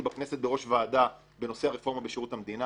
בכנסת בראש ועדה בנושא הרפורמה בשירות המדינה